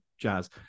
jazz